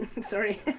Sorry